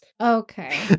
Okay